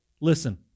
Listen